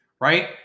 right